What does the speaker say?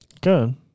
Good